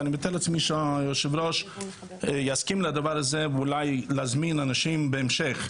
ואני גם בטוח שהיושב ראש יסכים להזמין אנשים בהמשך,